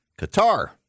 Qatar